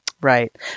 Right